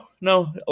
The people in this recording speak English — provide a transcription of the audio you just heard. no